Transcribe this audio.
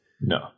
no